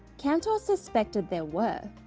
cantor suspected there were.